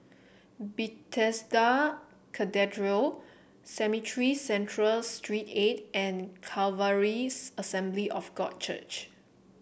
Bethesda Cathedral Cemetry Central Street Eight and Calvaries Assembly of God Church